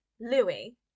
Louis